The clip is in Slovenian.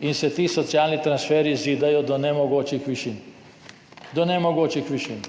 in se ti socialni transferji zidajo do nemogočih višin. Do nemogočih višin.